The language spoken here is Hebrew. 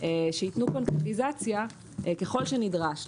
שייתנו קונקרטיזציה ככל שנידרש.